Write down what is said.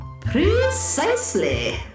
Precisely